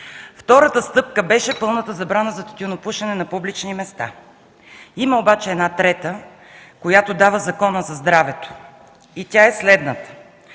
Втората стъпка беше пълната забрана за тютюнопушене на публични места. Има обаче една трета, която дава Законът за здравето. Тя е следната: